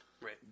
Right